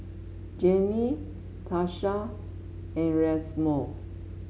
Jannie Tarsha and Erasmo